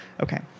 okay